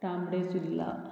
Tambdi Surla